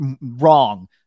wrong